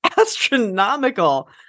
astronomical